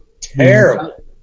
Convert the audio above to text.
Terrible